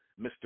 Mr